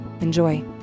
Enjoy